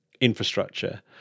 infrastructure